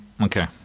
Okay